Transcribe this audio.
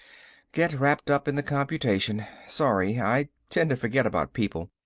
get wrapped up in the computation. sorry. i tend to forget about people.